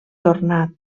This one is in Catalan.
tornà